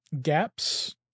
gaps